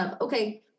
okay